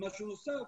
משהו נוסף,